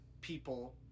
people